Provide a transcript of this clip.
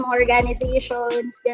organizations